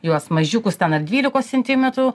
juos mažiukus ten ar dvylikos centimetrų